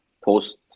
post